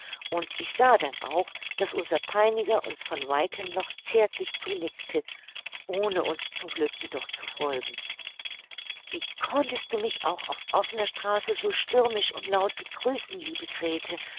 und ich sah denn auch daß unser peiniger uns von weitem noch zärtlich zunickte ohne uns zum glück jedoch zu folgen wie konntest du mich auch auf offener straße so stürmisch und laut begrüßen liebe grete